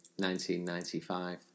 1995